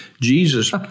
Jesus